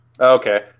Okay